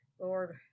Lord